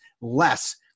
less